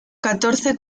catorce